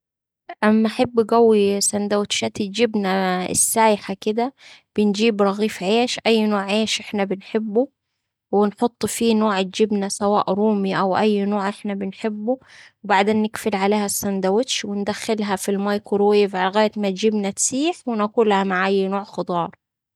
أما أحب قوي ساندوتشات الجبنة السايحة كدا. بنجيب رغيف عيش، أي نوع عيش إحنا بنحبه ونحط فيه نوع الجبنة سواء رومي أو أي نوع إحنا بنحبه، وبعدين نقفل عليها الساندوتش وندخلها في الميكرويف لغاية ما الجبنة تسيح وناكلها مع أي نوع خضار.